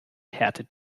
härtet